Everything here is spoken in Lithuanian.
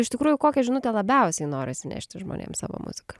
iš tikrųjų kokią žinutę labiausiai norisi nešti žmonėms savo muzika